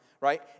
right